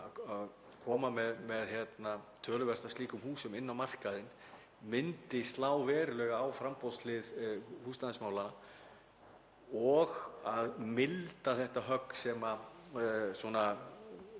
koma með töluvert af slíkum húsum inn á markaðinn, myndi slá verulega á framboðshlið húsnæðismála og myndi milda þetta högg sem við